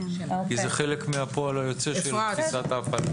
כי זה חלק מהפועל היוצא של תפיסת ההפעלה.